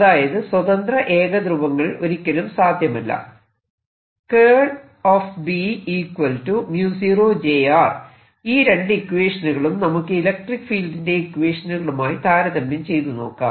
അതായത് സ്വതന്ത്ര ഏകധ്രുവങ്ങൾ ഒരിക്കലും സാധ്യമല്ല ഈ രണ്ടു ഇക്വേഷനുകളും നമുക്ക് ഇലക്ട്രിക്ക് ഫീൽഡിന്റെ ഇക്വേഷനുകളുമായി താരതമ്യം ചെയ്തു നോക്കാം